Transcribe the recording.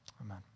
amen